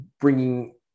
bringing